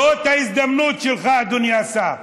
זאת ההזדמנות שלך, אדוני השר.